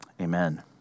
Amen